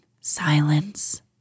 silence